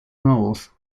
north